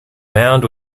mound